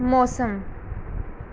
ਮੌਸਮ